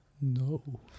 No